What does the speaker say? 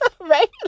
right